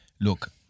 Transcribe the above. Look